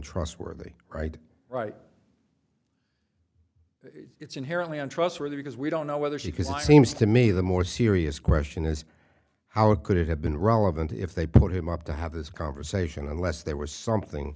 untrustworthy right right it's inherently untrustworthy because we don't know whether she can seems to me the more serious question is how could it have been relevant if they put him up to have this conversation unless there was something